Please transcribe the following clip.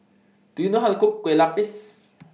Do YOU know How to Cook Kue Lupis